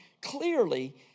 clearly